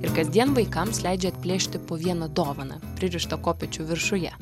ir kasdien vaikams leidžia atplėšti po vieną dovaną pririštą kopėčių viršuje